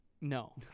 No